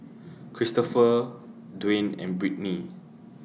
Cristofer Dwane and Brittny